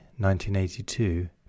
1982